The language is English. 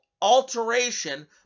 alteration